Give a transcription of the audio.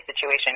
situation